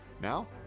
Now